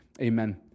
Amen